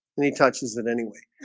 and he touches it anyway,